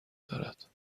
دارد